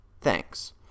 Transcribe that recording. Thanks